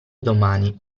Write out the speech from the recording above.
domani